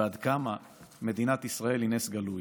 ועד כמה מדינת ישראל היא נס גלוי.